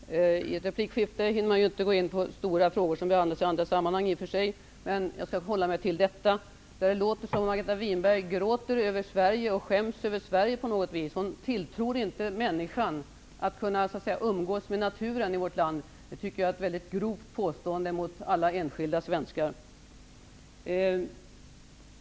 Herr talman! I ett replikskifte hinner man inte gå in på stora frågor, som i och för sig behandlas i andra sammanhang. Jag skall hålla mig till detta. Det låter som om Margareta Winberg gråter över och skäms över Sverige. Hon tilltror inte människorna här i landet förmågan att umgås med naturen. Det tycker jag är ett grovt påstående mot alla enskilda svenskar.